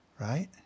Right